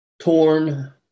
torn